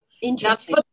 Interesting